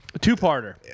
Two-parter